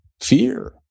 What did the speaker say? fear